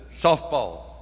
softball